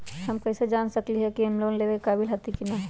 हम कईसे जान सकली ह कि हम लोन लेवे के काबिल हती कि न?